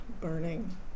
burning